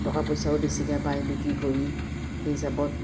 টকা পইচাও বেছিকৈ পায় বিক্ৰী কৰি সেই হিচাপত